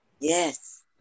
Yes